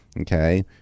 Okay